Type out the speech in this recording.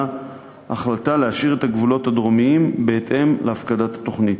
החלטה להשאיר את הגבולות הדרומיים בהתאם להפקדת התוכנית.